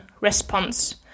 response